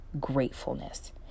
gratefulness